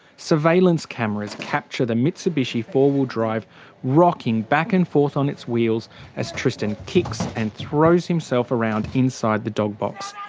surveillance cameras capture the mitsubishi four-wheel-drive rocking back and forth on its wheels as tristan kicks and throws himself around inside the dog box.